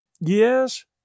Yes